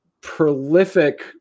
prolific